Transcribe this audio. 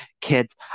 kids